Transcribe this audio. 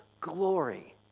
glory